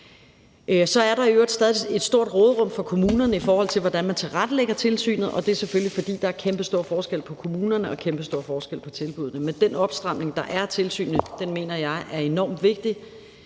Så er der i øvrigt stadig et stort råderum for kommunerne, i forhold til hvordan man tilrettelægger tilsynet, og det er selvfølgelig, fordi der er kæmpestor forskel på kommunerne og kæmpestor forskel på tilbuddene. Men den opstramning af tilsynet, der er, mener jeg er enormt vigtig.